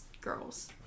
girls